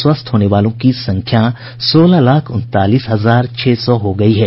स्वस्थ होने वालों की संख्या सोलह लाख उनतालीस हजार छह सौ हो गयी है